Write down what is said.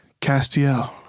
Castiel